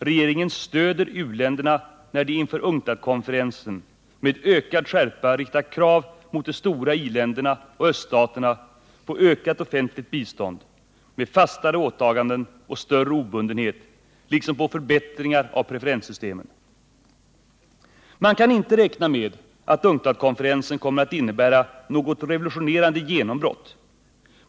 Regeringen stöder u-länderna när de inför UNCTAD-konferensen med ökad skärpa riktar krav mot de stora i-länderna och öststaterna på ökat offentligt bistånd med fastare åtaganden och större obundenhet liksom på förbättringar av preferenssystemen. Man kan inte räkna med att UNCTAD-konferensen kommer att innebära något revolutionerande genombrott.